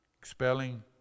expelling